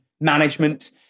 management